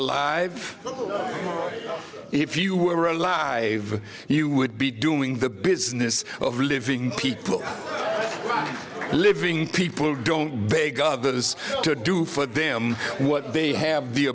alive if you were alive you would be doing the business of living people living people don't beg of those to do for them what they have the